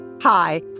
Hi